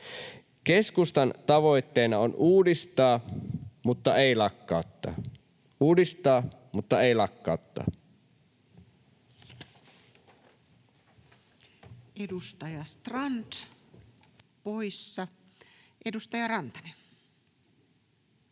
Keskustan tavoitteena on uudistaa, mutta ei lakkauttaa — uudistaa, mutta ei lakkauttaa. Edustaja Strand, poissa. — Edustaja Rantanen.